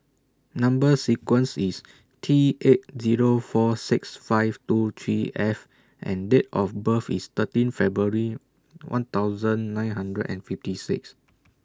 Number sequence IS T eight Zero four six five two three F and Date of birth IS thirteen February one thousand nine hundred and fifty six